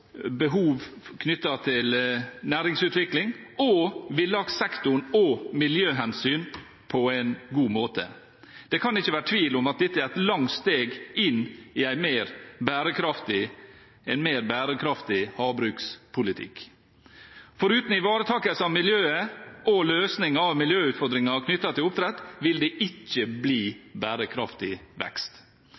behov knyttet til næringsutvikling, villakssektoren og miljøhensyn på en god måte. Det kan ikke være tvil om at dette er et langt steg mot en mer bærekraftig havbrukspolitikk, for uten ivaretakelse av miljøet og en løsning på miljøutfordringene knyttet til oppdrett vil det ikke bli bærekraftig vekst.